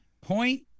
Point